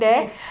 yes